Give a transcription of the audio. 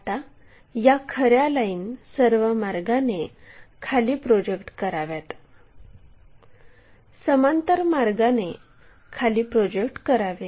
आता या खऱ्या लाईन सर्व मार्गाने खाली प्रोजेक्ट कराव्यात समांतर मार्गाने खाली प्रोजेक्ट करावे